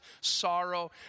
sorrow